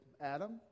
Adam